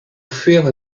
fuir